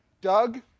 Doug